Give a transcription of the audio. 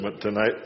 tonight